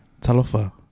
talofa